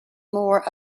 more